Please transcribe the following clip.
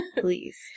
please